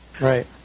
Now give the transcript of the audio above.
Right